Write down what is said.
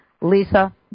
Lisa